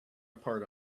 apart